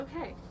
okay